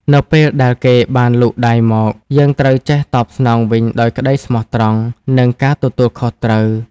នៅពេលដែលគេបានលូកដៃមក យើងត្រូវចេះតបស្នងវិញដោយក្តីស្មោះត្រង់ និងការទទួលខុសត្រូវ។